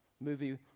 Movie